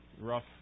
rough